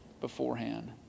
beforehand